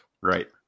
right